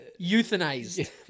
Euthanized